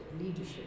leadership